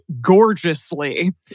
gorgeously